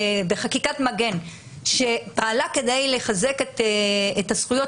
בחקיקת מגן שפעלה כדי לחזק את הזכויות